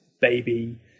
baby